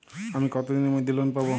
আমি কতদিনের মধ্যে লোন পাব?